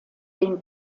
den